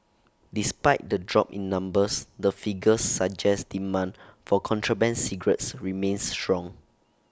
despite the drop in numbers the figures suggest demand for contraband cigarettes remains strong